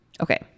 Okay